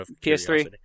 PS3